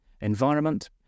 environment